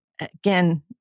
again